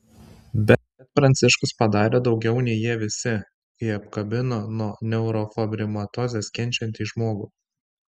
bet pranciškus padarė daugiau nei jie visi kai apkabino nuo neurofibromatozės kenčiantį žmogų